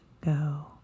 go